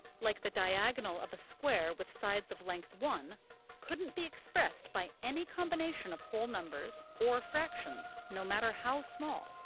like the diagonal of a square with sides of length one couldn't be expressed by any combination of whole numbers or fractions, no matter how small.